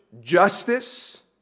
justice